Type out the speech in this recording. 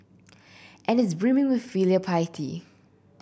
and is brimming with filial piety